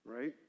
right